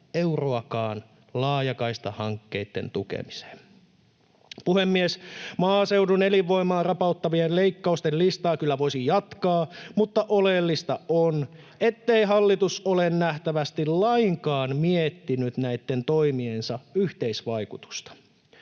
euroakaan laajakaistahankkeitten tukemiseen. Puhemies! Maaseudun elinvoimaa rapauttavien leikkausten listaa kyllä voisi jatkaa, mutta oleellista on, ettei hallitus ole nähtävästi lainkaan miettinyt näitten toimiensa yhteisvaikutusta.